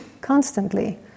Constantly